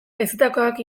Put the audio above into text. haizetakoak